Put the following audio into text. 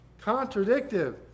contradictive